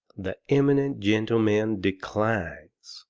the eminent gentleman declines!